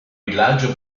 villaggio